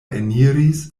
eniris